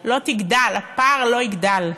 לא תגדל, הפער לא יגדל.